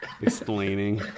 explaining